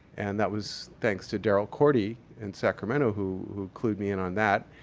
and that was thanks to darrell corti in sacramento who clued me in on that.